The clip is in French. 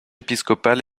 épiscopal